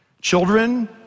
Children